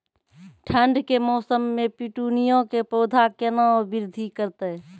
ठंड के मौसम मे पिटूनिया के पौधा केना बृद्धि करतै?